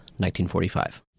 1945